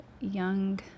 young